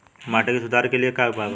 माटी के सुधार के लिए का उपाय बा?